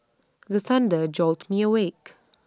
the thunder jolt me awake